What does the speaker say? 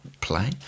play